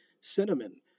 Cinnamon